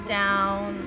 down